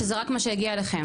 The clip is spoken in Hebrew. שזה רק מה שהגיע אליכם.